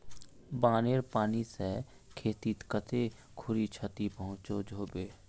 बानेर पानी से खेतीत कते खुरी क्षति पहुँचो होबे?